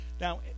Now